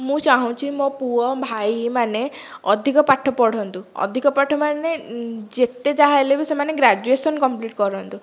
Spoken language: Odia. ମୁଁ ଚାହୁଁଛି ମୋ ପୁଅ ଭାଇମାନେ ଅଧିକ ପାଠ ପଢ଼ନ୍ତୁ ଅଧିକ ପାଠ ମାନେ ଯେତେ ଯାହା ହେଲେବି ସେମାନେ ଗ୍ରାଜୁଏସନ୍ କମ୍ପ୍ଲିଟ୍ କରନ୍ତୁ